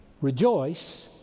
rejoice